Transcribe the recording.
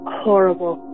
horrible